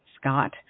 Scott